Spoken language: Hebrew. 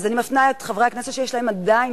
אני מפנה את חברי הכנסת שיש להם עדיין